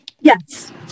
Yes